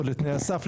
או לתנאי הסף,